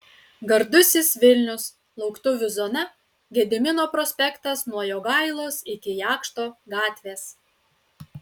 gardusis vilnius lauktuvių zona gedimino prospektas nuo jogailos iki jakšto gatvės